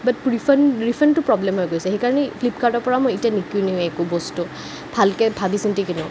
বাট refund ৰিফাণ্ডটো problem হৈ গৈছে সেই কাৰণে ফ্লিপকাৰ্টৰপৰা মই এতিয়া নিকিনোৱে একো বস্তু ভালকৈ ভাবি চিন্তি কিনিম